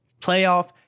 playoff